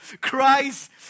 Christ